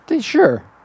sure